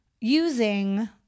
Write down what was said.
using